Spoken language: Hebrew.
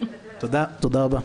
תודה רבה.